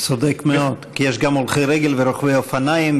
צודק מאוד, כי יש גם הולכי רגל ורוכבי אופניים,